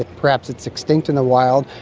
perhaps it's extinct in the wild,